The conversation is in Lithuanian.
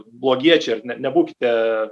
blogiečiai ir nebūkite